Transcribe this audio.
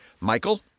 Michael